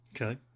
Okay